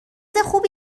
خوبی